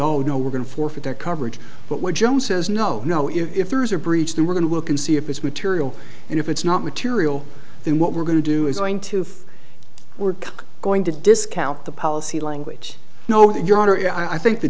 oh no we're going to forfeit their coverage but when joe says no no if there's a reach them we're going to look and see if it's material and if it's not material then what we're going to do is going to we're going to discount the policy language no your honor i think the